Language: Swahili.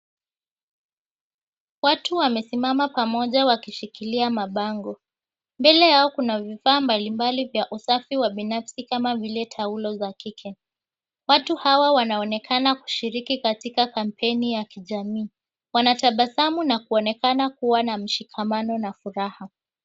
Watu wamesimama pamoja wakishikilia mabango. Mbele yao kuna vifaa mbalimbali vya usafi wa binafsi kama vile taulo za kike. Watu hawa wanaonekana kushiriki katika kampeni ya kijamii. Wanatabasamu na kuonekana kuwa na mshikamano na furaha.